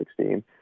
2016